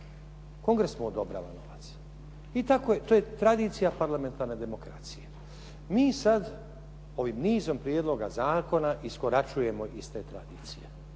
Kongres mu odobrava novac i to je tradicija parlamentarne demokracije. Mi sad ovim nizom prijedloga zakona iskoračujemo iz te tradicije